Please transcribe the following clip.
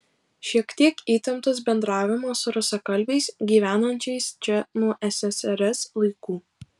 šiek tiek įtemptas bendravimas su rusakalbiais gyvenančiais čia nuo ssrs laikų